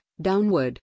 downward